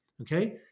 okay